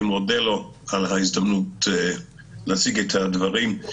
אני מודה לו על ההזדמנות להציג את הדברים.